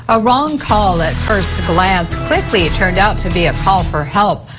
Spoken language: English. a wrong call at first glance quickly turned out to be a call for help.